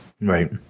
Right